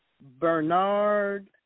Bernard